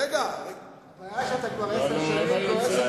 הבעיה שאתה כבר עשר שנים כועס על